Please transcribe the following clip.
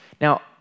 Now